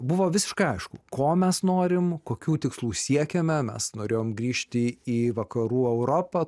buvo visiškai aišku ko mes norim kokių tikslų siekiame mes norėjom grįžti į vakarų europą